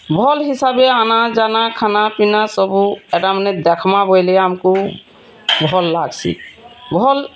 ଭଲ୍ ହିସାବେ ଆନା ଯାନା ଖାନା ପିନା ସବୁ ଏତା ମାନେ ଦେଖ୍ମା ବୋଇଲେ ଆମ୍କୁ ଭଲ୍ ଲାଗ୍ସି ଭଲ୍